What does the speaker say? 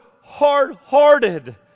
hard-hearted